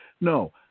No